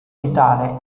vitale